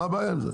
מה הבעיה עם זה?